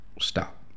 stop